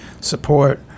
support